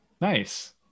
nice